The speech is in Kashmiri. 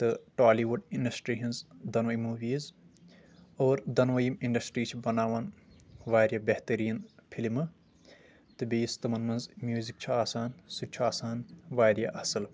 تہٕ ٹالی وُڈ انڈسٹری ہِنٛز دۄنوَے موٗویٖز اور دۄنوَے یِم انڈسٹری چھِ بناوان واریاہ بہتریٖن فلمہٕ تہٕ بیٚیہِ یُس تٔمن منٛز میوٗزک چھُ آسان سُہ تہِ چھُ آسان واریاہ اصل